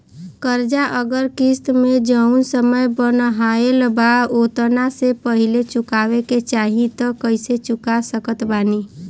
कर्जा अगर किश्त मे जऊन समय बनहाएल बा ओतना से पहिले चुकावे के चाहीं त कइसे चुका सकत बानी?